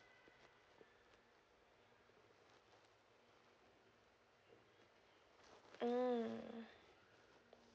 mm